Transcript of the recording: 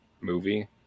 movie